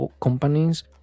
companies